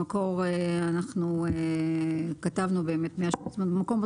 במקור כתבנו 180 ימים.